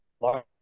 large